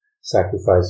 sacrifice